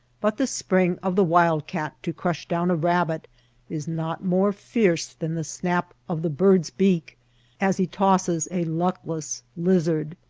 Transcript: but the spring of the wild-cat to crush down a rabbit is not more fierce than the snap of the bird s beak as he tosses a luckless lizard.